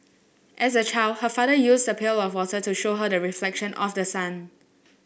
as a child her father used a pail of water to show her the reflection of the sun